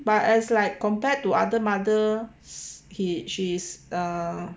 but as like compared to other mother he she is err